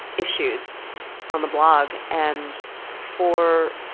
issues on the blog and for,